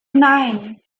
nein